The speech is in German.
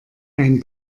ein